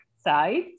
side